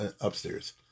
upstairs